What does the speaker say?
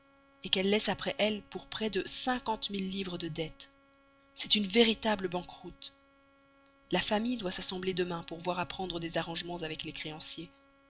pu qu'elle laisse après elle pour près de cinquante mille livres de dettes c'est une véritable banqueroute la famille doit s'assembler demain pour voir à prendre des arrangements avec les créanciers